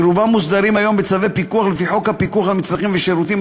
שרובה מוסדרת היום בצווי פיקוח לפי חוק הפיקוח על מצרכים ושירותים,